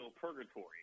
purgatory